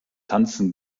tanzen